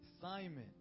Simon